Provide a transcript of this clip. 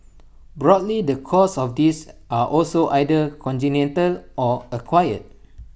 broadly the causes of this are also either congenital or acquired